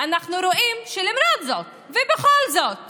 אנחנו רואים שלמרות זאת ובכל זאת